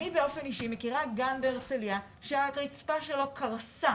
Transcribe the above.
אני באופן אישי מכירה גן בהרצליה שהרצפה שלו קרסה